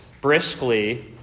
briskly